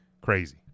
crazy